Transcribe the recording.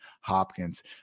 Hopkins